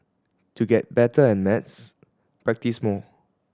to get better at maths practise more